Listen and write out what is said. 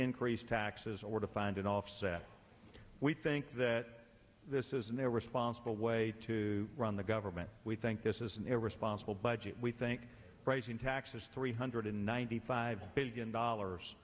increase taxes or to find an offset we think that this is in their responsible way to run the government we think this is an irresponsible budget we think raising taxes three hundred ninety five billion